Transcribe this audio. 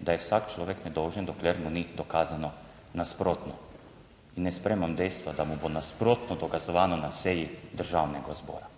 da je vsak človek nedolžen, dokler mu ni dokazano nasprotno. In ne sprejemam dejstva, da mu bo nasprotno dokazovano na seji Državnega zbora.